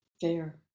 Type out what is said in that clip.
fair